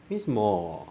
为什么